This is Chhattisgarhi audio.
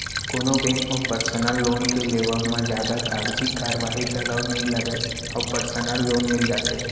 कोनो बेंक म परसनल लोन के लेवब म जादा कागजी कारवाही घलौ नइ लगय अउ परसनल लोन मिल जाथे